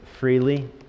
Freely